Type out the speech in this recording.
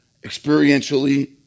experientially